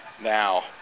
now